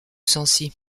sancy